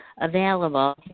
available